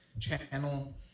channel